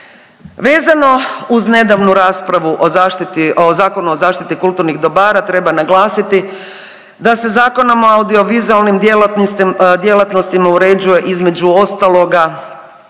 Vezano uz nedavnu raspravu o zaštiti, o Zakonu o zaštiti kulturnih dobara treba naglasiti da se Zakonom o audio-vizualnim djelatnostima uređuje između ostaloga